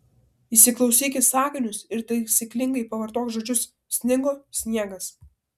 įsiklausyk į sakinius ir taisyklingai pavartok žodžius snigo sniegas